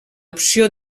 opció